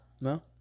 no